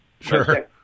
sure